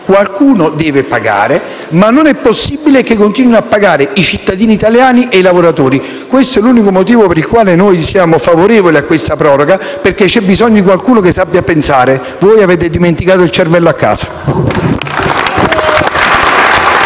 qualcuno deve pagare, ma non è possibile che continuino a pagare i cittadini italiani e i lavoratori. Questo è l'unico motivo per il quale noi siamo favorevoli a questa proroga, perché c'è bisogno di qualcuno che sappia pensare. Voi avete dimenticato il cervello a casa.